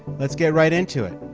let's get right into it